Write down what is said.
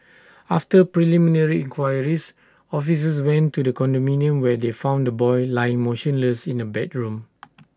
after preliminary enquiries officers went to the condominium where they found the boy lying motionless in A bedroom